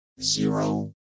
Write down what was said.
zero